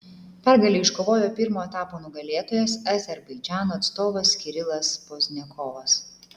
pergalę iškovojo pirmo etapo nugalėtojas azerbaidžano atstovas kirilas pozdniakovas